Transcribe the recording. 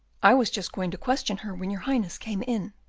i was just going to question her when your highness came in.